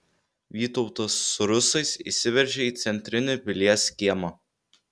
vytautas su rusais įsiveržia į centrinį pilies kiemą